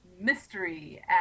mystery